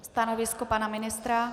Stanovisko pana ministra?